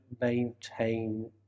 maintain